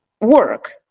work